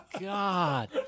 God